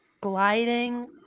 Gliding